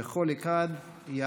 וכל אחד יענה,